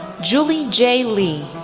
julie j. lee,